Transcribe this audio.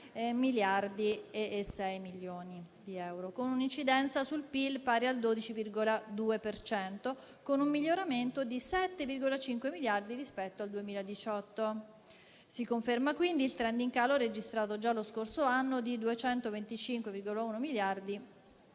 meno 217,6 miliardi, con un'incidenza sul PIL pari al 12,2 per cento, con un miglioramento di 7,5 miliardi rispetto al 2018. Si conferma quindi il *trend* in calo, registrato già lo scorso anno, di 225,1 miliardi